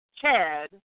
Chad